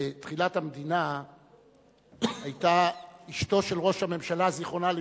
בתחילת המדינה אשתו של ראש הממשלה ז"ל,